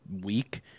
week